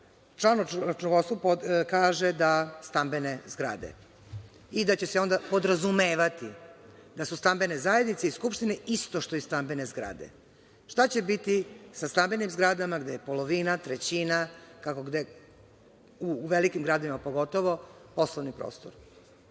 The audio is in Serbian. računovodstvu kaže da stambene zgrade, i da će se onda podrazumevati da su stambene zajednice i skupštine isto što i stambene zgrade. Šta će biti sa stambenim zgradama gde je polovina, trećina, kako gde, u velikim gradovima pogotovo, poslovni prostor?